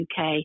UK